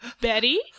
Betty